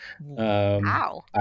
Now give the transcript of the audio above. Wow